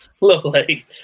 Lovely